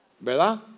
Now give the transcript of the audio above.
¿Verdad